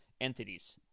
entities